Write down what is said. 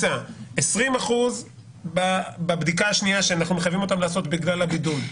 20 אחוזים בבדיקה השנייה שאנחנו מחייבים אותם לעשות בגלל הבידוד,